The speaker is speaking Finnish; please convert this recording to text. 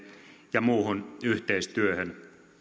ja muuhun yhteistyöhön